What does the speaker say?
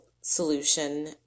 solution